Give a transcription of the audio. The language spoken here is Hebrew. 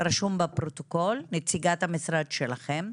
רשום בפרוטוקול, נציגת המשרד שלכם: